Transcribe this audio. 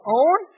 own